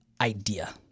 idea